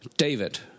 David